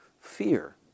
Fear